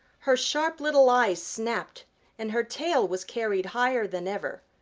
her sharp little eyes snapped and her tail was carried higher than ever.